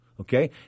Okay